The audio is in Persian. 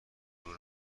گروه